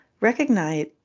Recognize